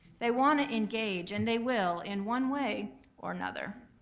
they want to engage and they will, in one way or another.